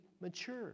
mature